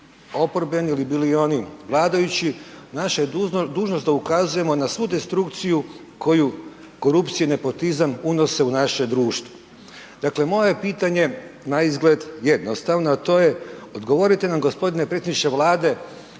oporbeni ili bili oni vladajući. Naša je dužnost da ukazujemo na svu destrukciju koju korupcija i nepotizam unose u naše društvo. Dakle, moje je pitanje naizgled jednostavno, a to je, odgovorite nam g. predsjedniče Vlade,